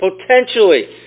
Potentially